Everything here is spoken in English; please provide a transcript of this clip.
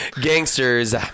Gangsters